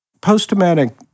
post-traumatic